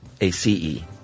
A-C-E